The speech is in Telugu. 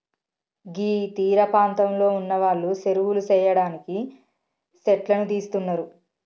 గీ తీరపాంతంలో ఉన్నవాళ్లు సెరువులు సెయ్యడానికి సెట్లను తీస్తున్నరు